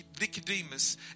Nicodemus